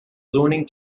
zoning